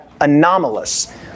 anomalous